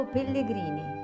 Pellegrini